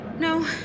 No